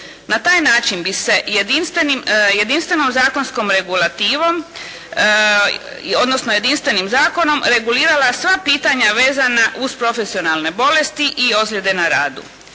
Na taj način bi se jedinstvenom zakonskom regulativom, odnosno jedinstvenim zakonom regulirala sva pitanja vezana uz profesionalne bolesti i ozljede na radu.